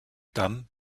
dann